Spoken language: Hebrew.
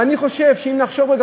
ואני חושב שאם נחשוב רגע,